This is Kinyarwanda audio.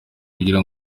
kugira